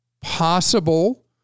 possible